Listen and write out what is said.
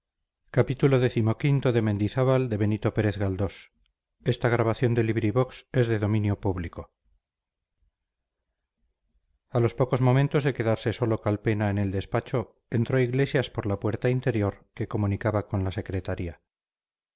señor ministro a los pocos momentos de quedarse solo calpena en el despacho entró iglesias por la puerta interior que comunicaba con la secretaría